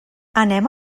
anem